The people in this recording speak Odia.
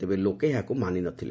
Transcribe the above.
ତେବେ ଲୋକେ ଏହାକୁ ମାନିନଥିଲେ